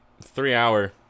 three-hour